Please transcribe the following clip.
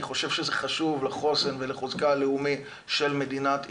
זה חשוב לחוסן ולחוזקה הלאומי של מדינת ישראל.